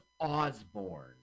Osborne